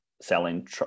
selling